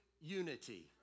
unity